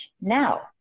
Now